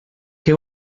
què